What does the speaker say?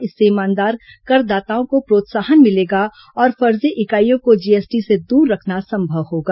इससे ईमानदार करदाताओं को प्रोत्साहन मिलेगा और फर्जी इकाइयों को जीएसटी से दूर रखना संभव होगा